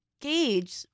gauge